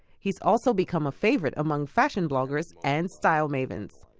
he's also become a favorite among fashion bloggers and style mavens.